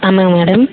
ஆமாங்க மேடம்